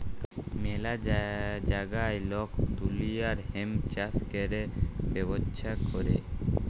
ম্যালা জাগায় লক দুলিয়ার হেম্প চাষ ক্যরে ব্যবচ্ছা ক্যরে